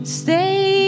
stay